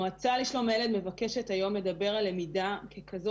המועצה לשלום הילד מבקשת לדבר על למידה ככזו